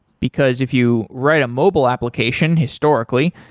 because if you write a mobile application historically,